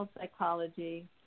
psychology